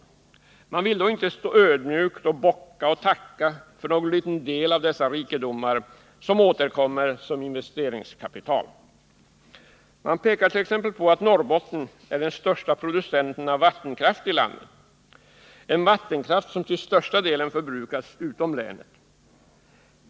Man vill då inte ödmjukt bocka och tacka när någon liten del av dessa rikedomar återkommer i form av investeringskapital. Man pekar t.ex. på att Norrbotten är landets största producent av vattenkraft. Denna vattenkraft förbrukas till största delen utom länet.